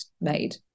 made